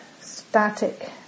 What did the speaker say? static